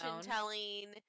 telling